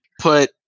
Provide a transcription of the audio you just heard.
put